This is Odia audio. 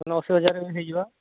ଅଶି ହଜାର ହେଲେ ନେଇଯିବା